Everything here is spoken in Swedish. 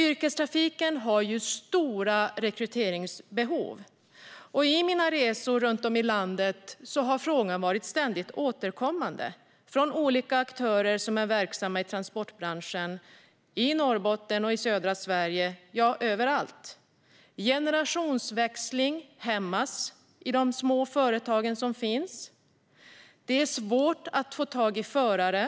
Yrkestrafiken har stora rekryteringsbehov. Under mina resor runt om i landet återkommer den frågan ständigt hos olika aktörer inom transportbranschen i såväl Norrbotten som södra Sverige, ja överallt. Generationsväxling hämmas i de små företagen. Det är svårt att få tag på förare.